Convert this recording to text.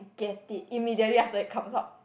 get it immediately after it comes out